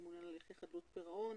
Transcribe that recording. הממונה על חדלות פירעון